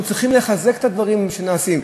אנחנו צריכים לחזק את הדברים שנעשים.